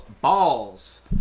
Balls